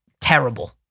Terrible